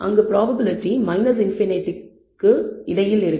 அங்கு ப்ராப்பபிலிட்டி ∞ ற்க்கு இடையில் இருக்கும்